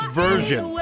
version